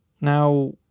Now